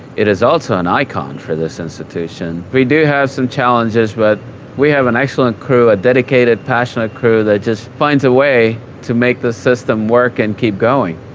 it is also an icon for this institution. we do have some challenges, but we have an excellent crew, a dedicated, passionate crew that just finds a way to make the system work and keep going.